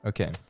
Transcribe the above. Okay